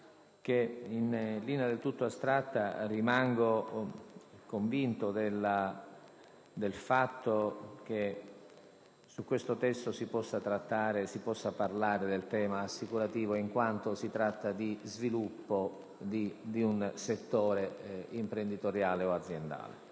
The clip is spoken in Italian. in linea del tutto astratta, rimango convinto del fatto che in questo testo si possa affrontare la materia assicurativa, in quanto si tratta di sviluppo di un settore imprenditoriale o aziendale.